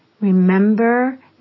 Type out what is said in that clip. Remember